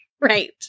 right